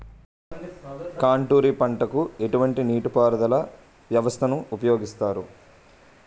Contour పంటకు ఎటువంటి నీటిపారుదల వ్యవస్థను ఉపయోగిస్తారు?